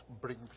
brings